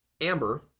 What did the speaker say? Amber